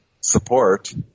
support